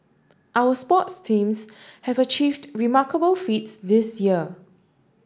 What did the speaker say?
our sports teams have achieved remarkable feats this year